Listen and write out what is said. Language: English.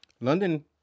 London